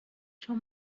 چون